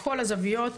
מכל הזוויות,